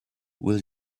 will